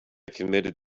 committed